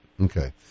Okay